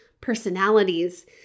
personalities